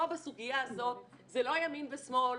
פה בסוגיה הזאת זה לא ימין ושמאל,